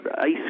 ice